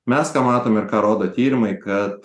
mes ką matom ir ką rodo tyrimai kad